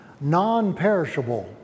Non-Perishable